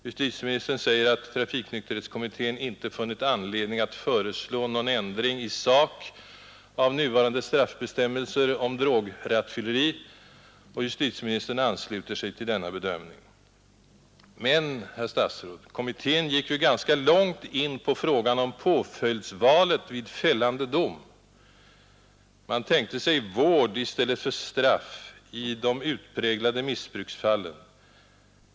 Justitieministern säger att trafiknykterhetskommittén inte funnit anledning föreslå någon ändring i sak i nuvarande straffbestämmelser om drograttfylleri, och justitieministern ansluter sig till denna bedömning. Men, herr talman, kommittén gick ju ganska långt in på frågan om påföljdsvalet vid fällande dom. Man tänkte sig vård i stället för straff i de utpräglade missbruksfallen.